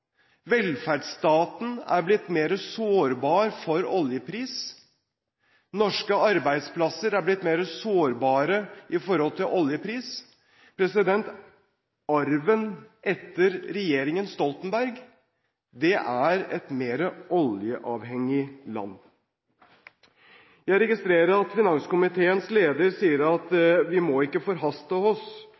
Velferdsstaten er blitt mer sårbar for oljepris. Norske arbeidsplasser er blitt mer sårbare med hensyn til oljepris. Arven etter regjeringen Stoltenberg er et mer oljeavhengig land. Jeg registrerer at finanskomiteens leder sier at vi ikke må forhaste oss,